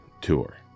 tour